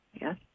Yes